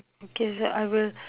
okay sir I will